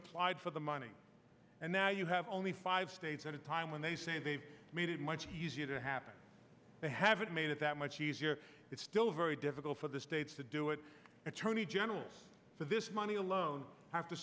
applied for the money and now you have only five states at a time when they say they've made it much easier to happen they haven't made it that much easier it's still very difficult for the states to do it and tony generals for this money alone have to